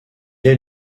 est